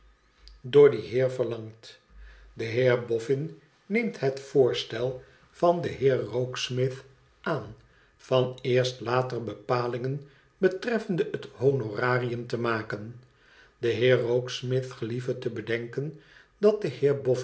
door dien heer verlangt de heer boffin neemt het voorstel van den heer rokesmith aan van eerst later bepalingen betreffendehet honorarium te maken de heer rokesmith gelieve te bedenken dat de